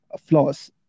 flaws